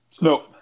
No